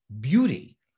beauty